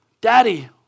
Daddy